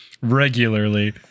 Regularly